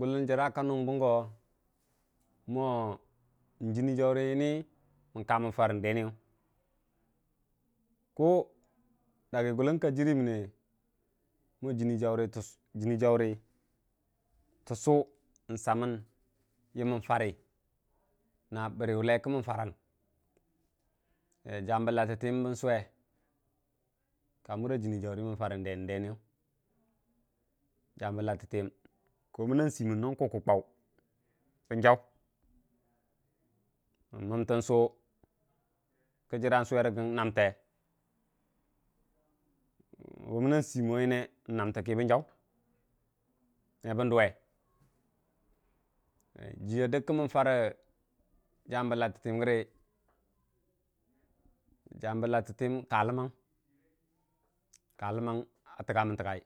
gʊlən jəra ka ŋnbən go mo jənni jaurə ydu. kamən jarə ndeniyʊ ku, daggi gʊlən ka jirimənne mo jənniijauri təssu nsaməu wu wən forə na bərə wullai kə məu jarəng Jambə lattətiyəni bəu suwe jam bə lattətiyəm ko mənau stinəu nəing kukkukivaw bəu jau a wəwə namte ko məunang simoyəne nnamo kə bən jaw mebən dʊwe jiga dər kə mən jarə jambə hattitəyim gərə ka ləmanga ktikgamən jikgayau